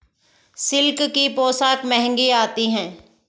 silk की पोशाक महंगी आती है